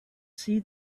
see